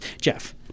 Jeff